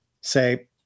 say